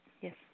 Yes